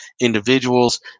individuals